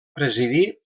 presidir